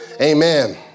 Amen